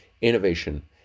innovation